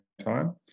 time